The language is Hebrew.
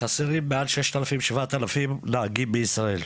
חסרים מעל 7,000-6,000 נהגים בישראל,